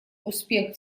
успех